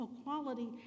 equality